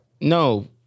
No